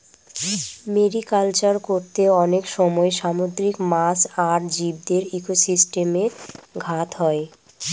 mariculture করতে অনেক সময় সামুদ্রিক মাছ আর জীবদের ইকোসিস্টেমে ঘাত হয়